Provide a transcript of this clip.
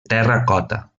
terracota